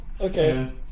Okay